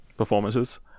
performances